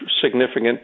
significant